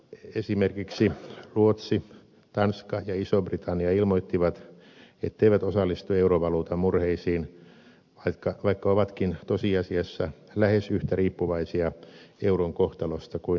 esimerkiksi ruotsi tanska ja iso britannia ilmoittivat etteivät osallistu eurovaluutan murheisiin vaikka ovatkin tosiasiassa lähes yhtä riippuvaisia euron kohtalosta kuin eurovaltiot